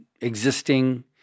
existing